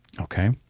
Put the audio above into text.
okay